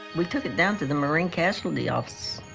we took it down to the marine casualty office.